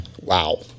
Wow